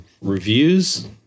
reviews